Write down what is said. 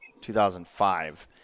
2005